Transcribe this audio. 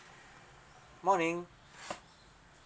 morning